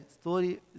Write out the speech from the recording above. story